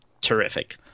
terrific